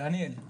דניאל,